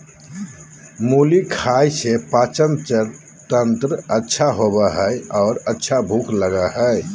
मुली खाय से पाचनतंत्र अच्छा होबय हइ आर अच्छा भूख लगय हइ